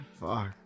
Fuck